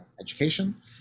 education